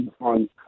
on